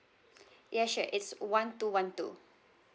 yes sure it's one two one two